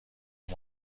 این